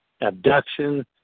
abduction